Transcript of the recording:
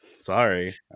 Sorry